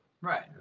right